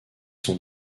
sont